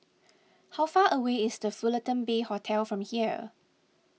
how far away is the Fullerton Bay Hotel from here